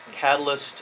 Catalyst